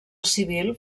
civil